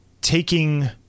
taking